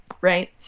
right